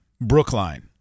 Brookline